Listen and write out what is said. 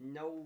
no